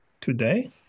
today